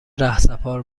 رهسپار